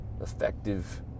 effective